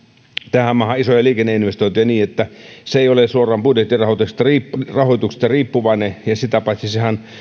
tähän maahan isoja liikenneinvestointeja niin että se ei ole suoraan budjettirahoituksesta riippuvainen ja sitä paitsi sehän